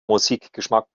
musikgeschmack